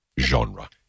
genre